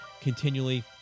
continually